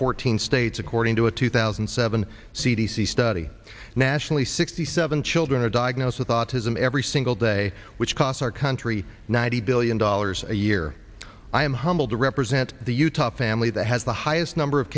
fourteen states according to a two thousand and seven c d c study nationally sixty seven children are diagnosed with autism every single day which costs our country ninety billion dollars a year i am humbled to represent the utah family that has the highest number of